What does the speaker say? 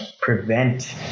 prevent